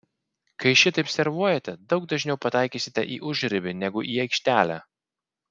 kai šitaip servuojate daug dažniau pataikysite į užribį negu į aikštelę